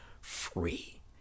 Free